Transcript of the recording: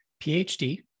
PhD